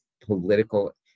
political